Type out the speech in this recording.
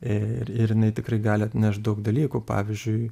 ir ir jinai tikrai gali atnešt daug dalykų pavyzdžiui